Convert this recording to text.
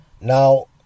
Now